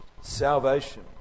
Salvation